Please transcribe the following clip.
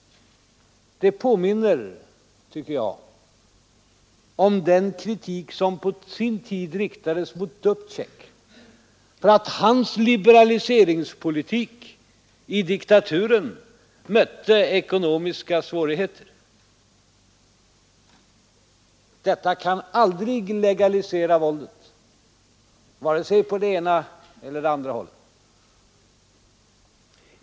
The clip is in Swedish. Det påminner, tycker jag, om den kritik som på sin tid riktades mot Dubcek för att hans liberaliseringspolitik i diktaturen mötte ekonomiska svårigheter. Detta kan aldrig legalisera våldet, vare sig på det ena eller på det andra hållet.